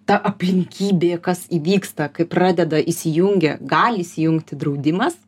ta aplinkybė kas įvyksta kai pradeda įsijungia gali įsijungti draudimas